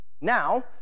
Now